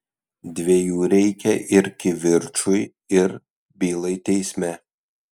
dviejų reikia ir kivirčui ir bylai teisme